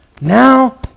now